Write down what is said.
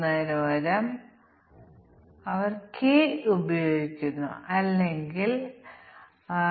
അതിനാൽ ഈ പ്രശ്നത്തിന്റെ കാരണ ഫല ഗ്രാഫ് വികസിപ്പിക്കാൻ നമുക്ക് ശ്രമിക്കാം